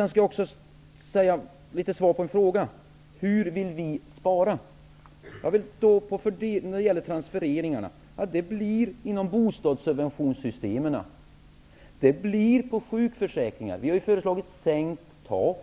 När det gäller frågan hur vi vill spara vill jag när det gäller transfereringarna säga att det blir inom bostadssubventionssystemen och på sjukförsäkringar -- vi har ju föreslagit sänkt tak.